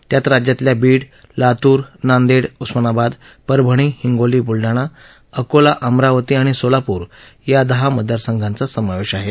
त्यात राज्यातल्या बीड लातूर नांदेड उस्मानाबाद परभणी हिंगोली बुलडाणा अकोला अमरावती आणि सोलापूर या दहा मतदार संघाचा समावेश आहे